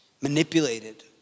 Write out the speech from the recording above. manipulated